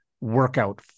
workout